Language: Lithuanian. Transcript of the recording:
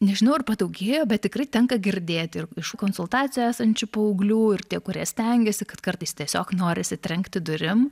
nežinau ar padaugėjo bet tikrai tenka girdėti iš konsultacijoje esančių paauglių ir tie kurie stengiasi kad kartais tiesiog norisi trenkti durim